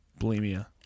Bulimia